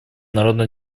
народно